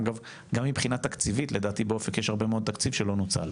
אגב גם מבחינה תקציבית באופק יש הרבה מאוד תקציב שלא נוצל.